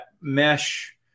mesh